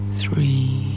three